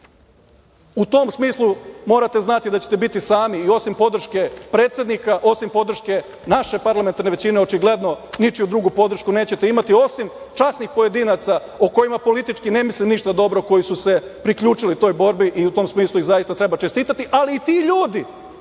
u tom smislu morate znati da ćete biti sami i osim podrške predsednika, osim podrške naše parlamentarne većine očigledno ničiju drugu podršku nećete imati osim časnih pojedinaca o kojima politički ne misle ništa dobro koji su se priključili u toj borbi i u tom smislu im zaista treba čestitati, ali ti ljudi